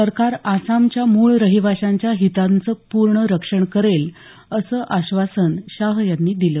सरकार आसामच्या मूळ रहिवाशांच्या हिताचं पूर्ण रक्षण करेल असं आश्वासन शाह यांनी दिलं